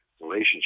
relationship